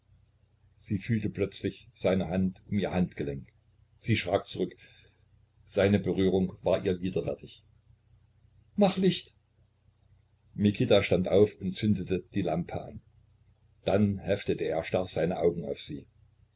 sie fühlte plötzlich seine hand um ihr handgelenk sie schrak zurück seine berührung war ihr widerwärtig mach licht mikita stand auf und zündete die lampe an dann heftete er starr seine augen auf sie